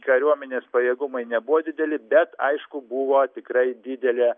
kariuomenės pajėgumai nebuvo dideli bet aišku buvo tikrai didelė